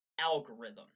algorithm